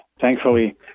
Thankfully